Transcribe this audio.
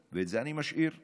ואת זה אני משאיר לכולנו,